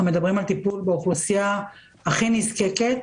אנחנו מדברים על טיפול באוכלוסייה הכי נזקקת,